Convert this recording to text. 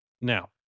Now